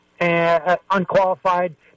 unqualified